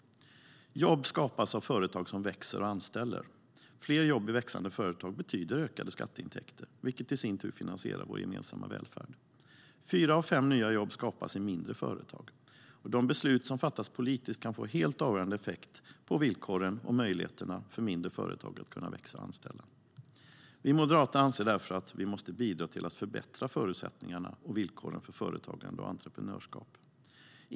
Jobb skapas av företag som växer och anställer. Fler jobb i växande företag betyder ökade skatteintäkter, vilket i sin tur finansierar vår gemensamma välfärd. Fyra av fem nya jobb skapas i mindre företag. De beslut som fattas politiskt kan få helt avgörande effekt på villkoren och möjligheterna för mindre företag att växa och anställa. Vi moderater anser därför att vi måste bidra till att förbättra förutsättningarna och villkoren för företagande och entreprenörskap.